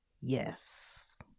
Yes